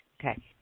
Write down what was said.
Okay